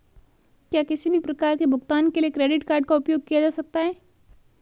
क्या किसी भी प्रकार के भुगतान के लिए क्रेडिट कार्ड का उपयोग किया जा सकता है?